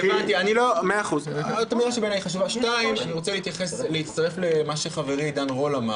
שנית, אני רוצה להצטרף למה שאמר חברי, עידן רול.